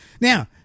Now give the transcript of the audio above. Now